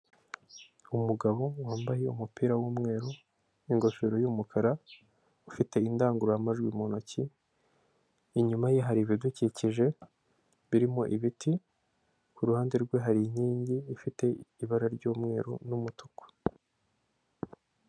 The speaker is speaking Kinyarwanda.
Umugabo wambaye umupira w'umweru, ingofero y'umukara, ufite indangururamajwi mu ntoki inyuma ye hari ibidukikije, birimo ibiti kuruhande rwe hari inkingi ifite ibara ry'mweru n'umutuku.